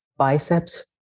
Biceps